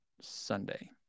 Sunday